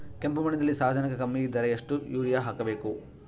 ಕಪ್ಪು ಮಣ್ಣಿನಲ್ಲಿ ಸಾರಜನಕ ಕಮ್ಮಿ ಇದ್ದರೆ ಎಷ್ಟು ಯೂರಿಯಾ ಹಾಕಬೇಕು?